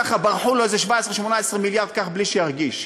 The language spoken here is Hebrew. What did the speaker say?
ככה ברחו לו איזה 18-17 מיליארד בלי שירגיש.